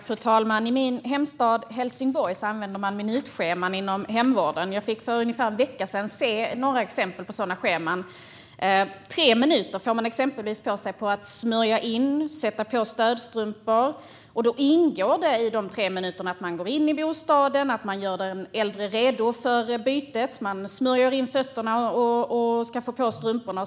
Fru talman! I min hemstad Helsingborg används minutscheman inom hemvården. Jag fick för ungefär en vecka sedan se några exempel på sådana scheman. Man får exempelvis tre minuter på sig för att smörja in fötter och sätta på stödstrumpor. I dessa tre minuter ingår att gå in i bostaden, att göra den äldre redo för bytet, att smörja in fötterna och få på strumporna.